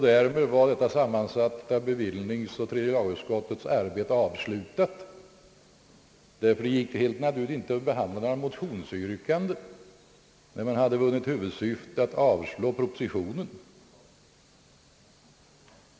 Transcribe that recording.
Därmed var detta sammansatta bevillningsoch tredje lagutskotts arbete avslutat, ty det gick naturligtvis inte att behandla de övriga motionsyrkandena, när man hade vunnit huvudsyftet, nämligen att avstyrka propositionen.